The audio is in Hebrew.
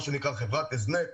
מה שנקרא חברת הזנק,